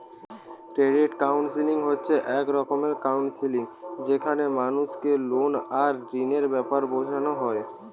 credit counselling হচ্ছে এক রকমের কাউন্সেলিং যেখানে মানুষকে লোন আর ঋণের বেপারে বুঝানা হয়